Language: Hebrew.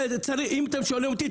ואם אתם שואלים אותי,